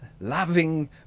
loving